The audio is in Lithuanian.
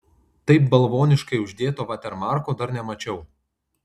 taip balvoniškai uždėto vatermarko dar nemačiau